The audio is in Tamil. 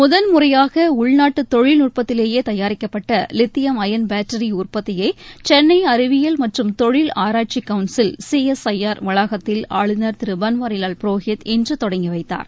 முதல் முறையாகஉள்நாட்டுதொழில்நுட்பத்திலேயேதயாரிக்கப்பட்டலித்தியம் அயன் பேட்டரிஉற்பத்தியை சென்னைஅறிவியல் மற்றும் தொழில் ஆராய்ச்சிகவுன்சில் C S I R R வளாகத்தில் ஆளுநர் திருபன்வாரிலால் புரோஹித் இன்றுதொடங்கிவைத்தார்